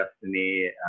destiny